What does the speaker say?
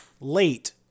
late